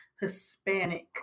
Hispanic